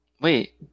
Wait